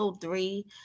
three